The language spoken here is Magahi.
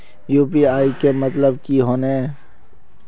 यु.पी.आई के मतलब की होने?